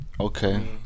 Okay